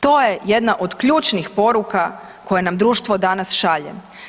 To je jedna od ključnih poruka koje nam društvo danas šalje.